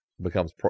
becomes